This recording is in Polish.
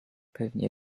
pewnie